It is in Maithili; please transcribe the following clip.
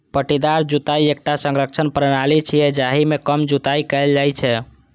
पट्टीदार जुताइ एकटा संरक्षण प्रणाली छियै, जाहि मे कम जुताइ कैल जाइ छै